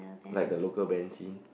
like the local band scene